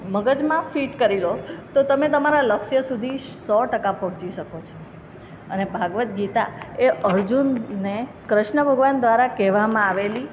મગજમાં ફિટ કરી લો તો તમે તમારા લક્ષ્ય સુધી સો ટકા પહોંચી શકો છો અને ભગવદ્ ગીતા એ અર્જુનને કૃષ્ણ ભગવાન દ્વારા કહેવામાં આવેલી